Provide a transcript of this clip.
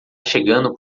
chegando